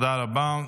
תודה רבה.